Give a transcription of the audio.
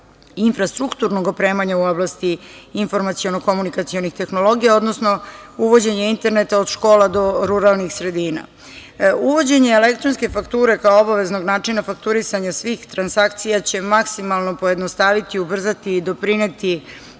infrastrukturnog opremanja u oblasti informaciono komunikacionih tehnologija, odnosno uvođenje interneta od škola do ruralnih sredina. Uvođenje elektronske fakture kao obaveznog načina fakturisanja svih transakcija će maksimalno pojednostaviti, ubrzati i doprineti